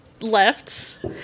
left